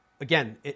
again